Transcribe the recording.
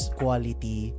quality